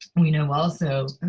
we know also